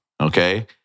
okay